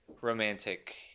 romantic